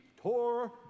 tore